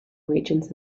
regions